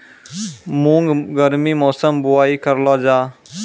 मूंग गर्मी मौसम बुवाई करलो जा?